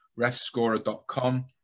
refscorer.com